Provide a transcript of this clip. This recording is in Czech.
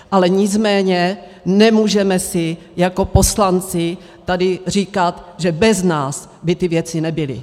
Ale nicméně nemůžeme si jako poslanci tady říkat, že bez nás by ty věci nebyly.